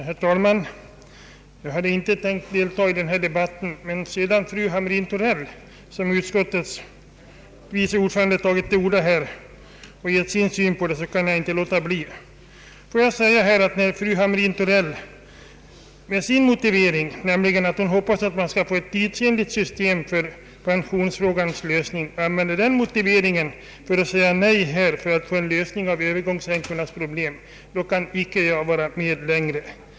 Herr talman! Jag hade inte tänkt delta i denna debatt, men sedan fru Hamrin-Thorell i egenskap av utskottets vice ordförande tagit till orda och givit sin syn på saken kan jag inte låta bli. När fru Hamrin-Thorell använder motiveringen, att hon hoppas att man skall få ett tidsenligt system för pensionsfrågans lösning, för att säga nej när det gäller att få till stånd en lösning av Öövergångsänkornas problem kan jag inte vara med längre.